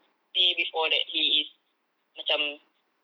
say before that he is macam